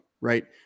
right